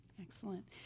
Excellent